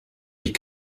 die